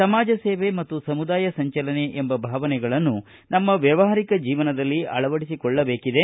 ಸಮಾಜ ಸೇವೆ ಮತ್ತು ಸಮುದಾಯ ಸಂಚಲನೆ ಎಂಬ ಭಾವನೆಗಳನ್ನು ನಮ್ಮ ವ್ಯಾವಹಾರಿಕ ಜೀವನದಲ್ಲಿ ಅಳವಡಿಸಿಕೊಳ್ಳಬೇಕಿದೆ